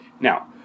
Now